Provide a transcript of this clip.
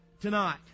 tonight